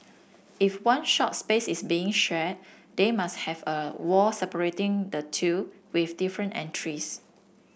if one shop space is being shared they must have a wall separating the two with different entries